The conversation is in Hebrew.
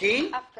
זה